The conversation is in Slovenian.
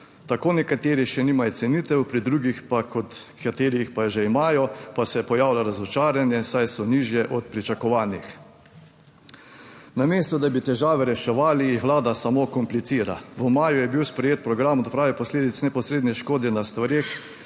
Tako nekateri še nimajo cenitev, pri drugih pa, kot kateri jih pa že imajo, pa se pojavlja razočaranje, saj so nižje od pričakovanih. Namesto, da bi težave reševali, jih Vlada samo komplicira. V maju je bil sprejet program odprave posledic neposredne škode na stvareh